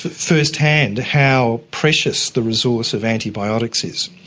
firsthand how precious the resource of antibiotics is.